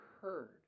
heard